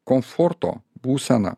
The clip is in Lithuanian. komforto būseną